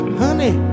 honey